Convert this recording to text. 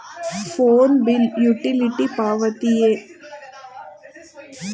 Phone bill utility ಪಾವತಿಯೇ?